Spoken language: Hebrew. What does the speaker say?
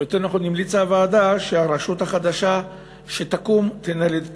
או יותר נכון המליצה הוועדה שהרשות החדשה שתקום תנהל את פעילותה.